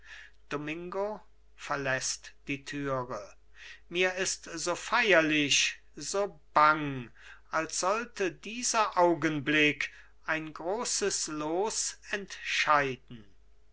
domingo verläßt die türe mir ist so feierlich so bang als sollte dieser augenblick ein großes los entscheiden